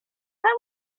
całe